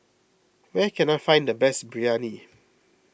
where can I find the best Biryani